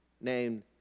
named